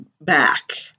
back